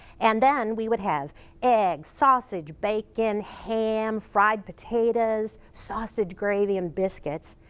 and then we would have eggs, sausage, bacon, ham, fried potatoes, sausage gravy and biscuits,